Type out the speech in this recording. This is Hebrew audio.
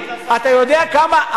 כבוד השר, אתה יודע כמה?